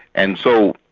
and so,